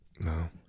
No